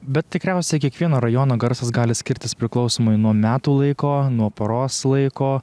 bet tikriausiai kiekvieno rajono garsas gali skirtis priklausomai nuo metų laiko nuo paros laiko